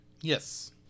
Yes